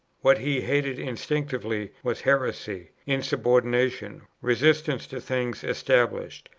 what he hated instinctively was heresy, insubordination, resistance to things established,